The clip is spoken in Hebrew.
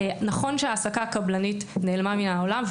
נכון שההעסקה הקבלנית נעלמה מהעולם,